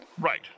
Right